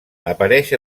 apareix